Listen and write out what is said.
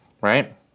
right